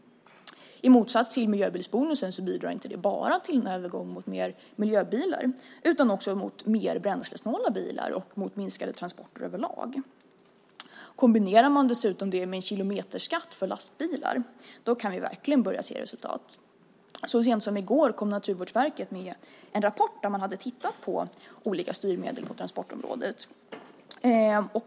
I motsats till miljöbilsbonusen bidrar det inte bara till en övergång till fler miljöbilar utan också till mer bränslesnåla bilar och minskade transporter överlag. Kombinerar man det dessutom med en kilometerskatt för lastbilar kan vi verkligen börja se resultat. Så sent som i går kom Naturvårdsverket med en rapport där man hade tittat på olika styrmedel på transportområdet.